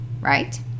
right